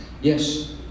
Yes